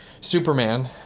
Superman